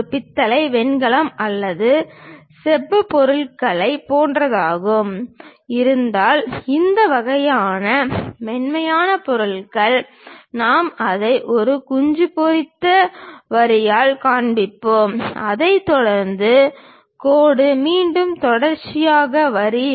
இது பித்தளை வெண்கலம் அல்லது செப்புப் பொருள் போன்றதாக இருந்தால் இந்த வகையான மென்மையான பொருட்கள் நாம் அதை ஒரு குஞ்சு பொறித்த வரியால் காண்பிப்போம் அதைத் தொடர்ந்து கோடு கோடு மீண்டும் தொடர்ச்சியான வரி